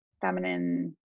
feminine